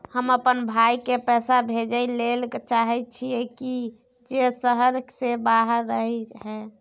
हम अपन भाई के पैसा भेजय ले चाहय छियै जे शहर से बाहर रहय हय